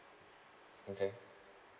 okay